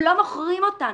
הן לא מוכרות אותם.